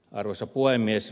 arvoisa puhemies